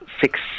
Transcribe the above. six